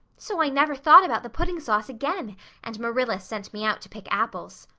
so i never thought about the pudding sauce again and marilla sent me out to pick apples.